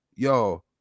Yo